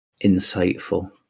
insightful